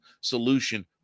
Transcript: solution